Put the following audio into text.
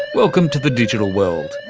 welcome to the digital world.